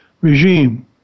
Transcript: regime